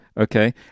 Okay